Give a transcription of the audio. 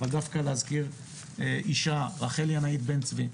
אבל דווקא להזכיר אישה, רחל ינאית בן צבי,